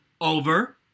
over